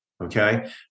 Okay